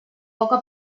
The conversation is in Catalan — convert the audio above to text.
poca